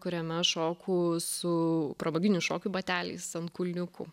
kuriame šoku su pramoginių šokių bateliais ant kulniukų